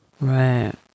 Right